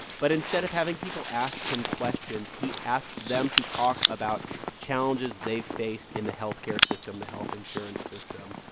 but instead of having people ask him questions, he asks them to talk about challenges they've faced in the health care system, the health insurance system.